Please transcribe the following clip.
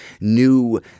new